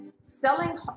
selling